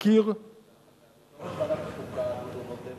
דרך אגב, יו"ר ועדת החוקה דודו רותם